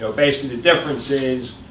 know, basically, the difference is,